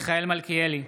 מיכאל מלכיאלי,